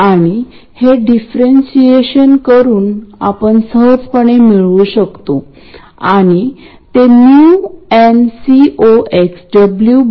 आणि हा gmVGS या ट्रान्झिस्टर मधला कंट्रोल सोर्स आहे जिथे VGS गेट सोर्स व्होल्टेज आहे